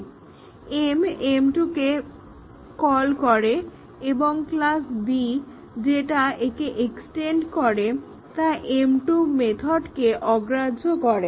m m2 মেথডকে call করে এবং ক্লাস B যেটা একে এক্সটেন্ড করে তা m2 মেথডকে অগ্রাহ্য করে